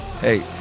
Hey